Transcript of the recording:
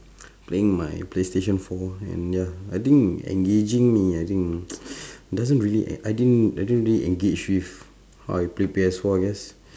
playing my playstation four and ya I think engaging me ah I think doesn't really I think I don't really engage with how I play P_Sfour I guess